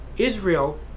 Israel